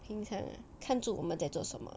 平常 ah 看住我们在做什么